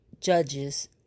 judges